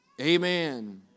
Amen